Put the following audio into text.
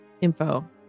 info